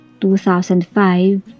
2005